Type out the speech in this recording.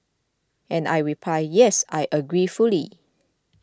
and I reply yes I agree fully